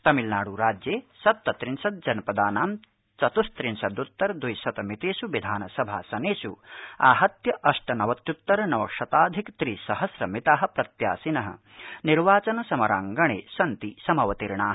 तमिलनाडु राज्य सिप्त त्रिंशद् जनपदाना चत्स्त्रिंशद्तर द्विशत मितष्ट्रविधान सभासनष्ट्र आहत्य अष्ट नवत्युत्तर नव शताधिक त्रि सहस्र मिता प्रत्याशिन निर्वाचन समराङ्गणसिन्ति समवतीर्णा